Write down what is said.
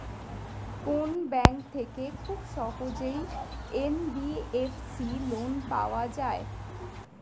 কোন ব্যাংক থেকে খুব সহজেই এন.বি.এফ.সি লোন পাওয়া যায়?